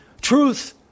truth